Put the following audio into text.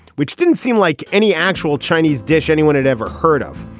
which didn't seem like any actual chinese dish anyone had ever heard of.